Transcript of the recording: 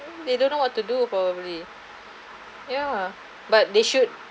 they don't know what to do probably ya but they should